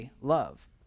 love